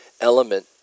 element